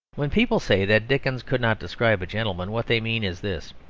when people say that dickens could not describe a gentleman, what they mean is this,